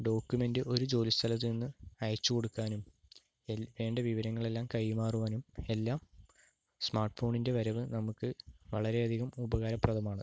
document ഒരു ജോലിസ്ഥലത്തുനിന്ന് അയച്ചുകൊടുക്കാനും എൽ വേണ്ട വിവരങ്ങൾ എല്ലാം കൈമാറുവാനും എല്ലാം സ്മാർട്ട് ഫോണിൻറെ വരവ് നമുക്ക് വളരെയധികം ഉപകാരപ്രദമാണ്